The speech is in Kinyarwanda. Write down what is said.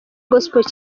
gospel